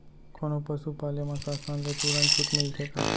कोनो पसु पाले म शासन ले तुरंत छूट मिलथे का?